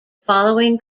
following